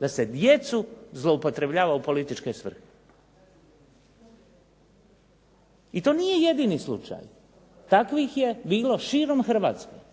da se djecu zloupotrebljava u političke svrhe. I to nije jedini slučaj, takvih je bilo širom Hrvatske.